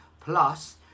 Plus